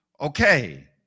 Okay